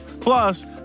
Plus